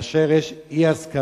כאשר יש אי-הסכמה,